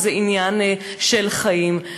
וזה עניין של חיים.